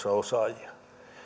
osaajia